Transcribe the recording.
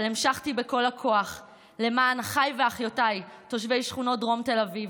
אבל המשכתי בכל הכוח למען אחיי ואחיותיי תושבי שכונות דרום תל אביב,